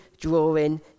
drawing